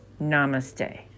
Namaste